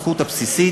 הזכות הבסיסית,